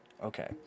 Okay